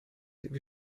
wie